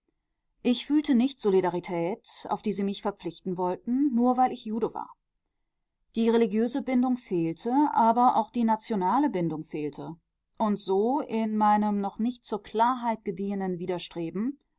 ich fühlte nicht die solidarität auf die sie mich verpflichten wollten nur weil ich jude war die religiöse bindung fehlte aber auch die nationale bindung fehlte und so in meinem noch nicht zur klarheit gediehenen widerstreben